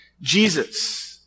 Jesus